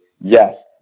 yes